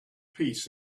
peace